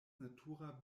natura